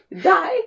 Die